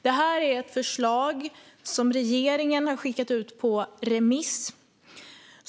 Det är ett förslag som regeringen har skickat ut på remiss.